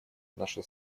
наша